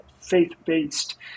faith-based